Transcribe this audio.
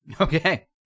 Okay